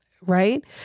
right